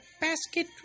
basket